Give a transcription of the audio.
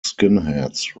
skinheads